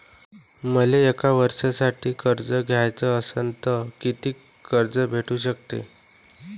मले एक वर्षासाठी कर्ज घ्याचं असनं त कितीक कर्ज भेटू शकते?